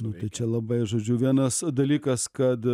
nu tai čia labai žodžiu vienas dalykas kad